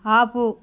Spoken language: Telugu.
ఆపు